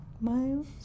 Miles